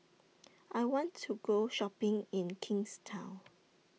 I want to Go Shopping in Kingstown